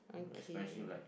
okay